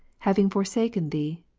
having forsaken thee,